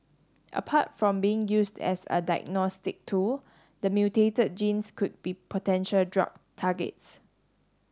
apart from being used as a diagnostic tool the mutated genes could be potential drug targets